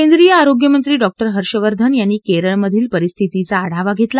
केंद्रिय आरोग्यमंत्री डॉ हर्षवर्धन यांनी केरळमधील परिस्थितीचा आढावा घेतला